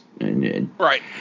Right